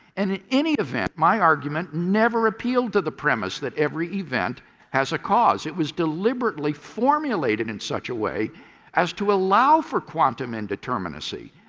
and in any event, my argument never appealed to the premise that every event has a cause. it was deliberately formulated in such a way as to allow for quantum indeterminacy